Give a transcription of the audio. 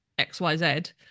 xyz